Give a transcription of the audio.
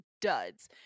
duds